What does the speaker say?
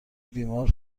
بیمار